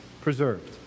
preserved